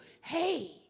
hey